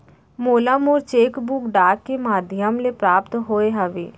मोला मोर cheque book डाक के मध्याम ले प्राप्त होय हवे